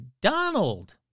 Donald